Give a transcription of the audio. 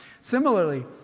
Similarly